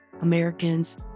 Americans